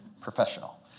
professional